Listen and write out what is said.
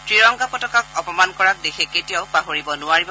তিৰংগা পতকাক অপমান কৰাক দেশে কেতিয়াও পাহৰিব নোৱাৰিব